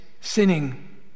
sinning